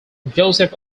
joseph